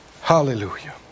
Hallelujah